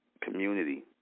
community